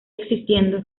existiendo